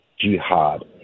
jihad